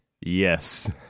Yes